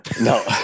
No